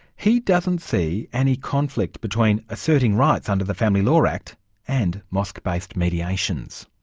he doesn't see any conflict between asserting rights under the family law act and mosque-based mediations.